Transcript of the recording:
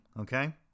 okay